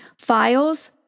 Files